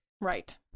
Right